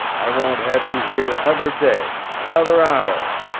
i won't have you here another day another hour!